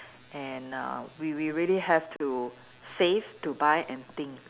and uh we we really have to save to buy and think